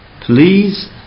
please